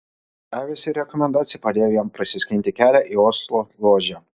avys ir rekomendacija padėjo jam prasiskinti kelią į oslo ložę